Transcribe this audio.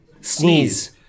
Sneeze